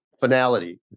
finality